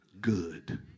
good